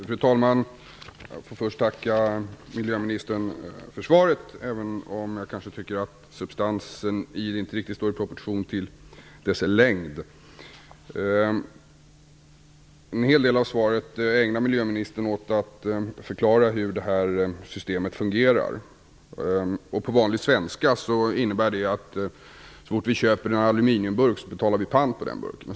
Fru talman! Jag får först tacka miljöministern för svaret, även om jag tycker att substansen kanske inte riktigt står i proportion till dess längd. En del av svaret ägnar miljöministern åt att förklara hur systemet fungerar. På vanlig svenska innebär det att så fort vi köper en aluminiumburk betalar vi pant på den burken.